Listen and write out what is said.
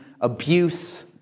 abuse